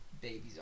Babies